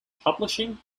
publishing